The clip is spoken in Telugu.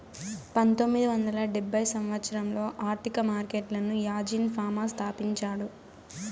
పంతొమ్మిది వందల డెబ్భై సంవచ్చరంలో ఆర్థిక మార్కెట్లను యాజీన్ ఫామా స్థాపించాడు